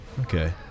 Okay